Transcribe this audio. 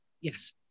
Yes